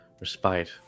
respite